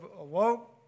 awoke